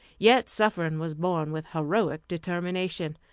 yet suffering was borne with heroic determination,